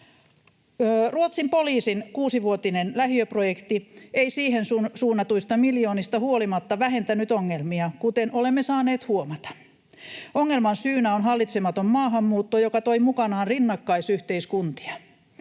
Ruotsin poliisin kuusivuotinen lähiöprojekti ei siihen suunnatuista miljoonista huolimatta vähentänyt ongelmia, kuten olemme saaneet huomata. Ongelman syynä on hallitsematon maahanmuutto, joka toi mukanaan rinnakkaisyhteiskuntia.